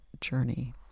journey